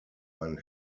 ein